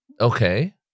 Okay